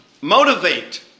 motivate